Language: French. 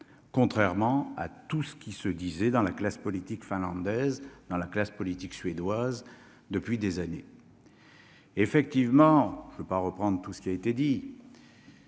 contrairement à tout ce qui se disait dans la classe politique finlandaises dans la classe politique suédoise depuis des années. Effectivement, je veux pas reprendre tout ce qui a été dit.